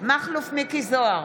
מכלוף מיקי זוהר,